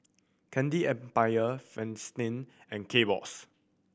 Candy Empire Fristine and Kbox